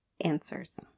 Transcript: answers